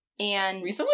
Recently